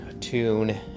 tune